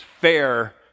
fair